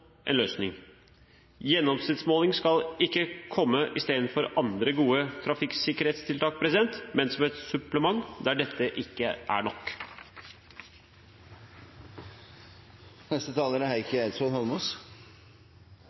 er gjennomsnittsmåling også en løsning. Gjennomsnittsmåling skal ikke komme istedenfor andre gode trafikksikkerhetstiltak, men som et supplement der dette ikke er nok. La meg begynne med å si at jeg er